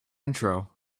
intro